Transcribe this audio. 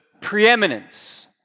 preeminence